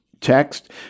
text